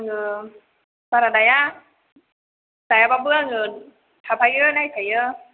आङो बारा दाया दायाबाबो आङो थाफायो नायफायो